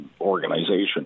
organization